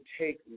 take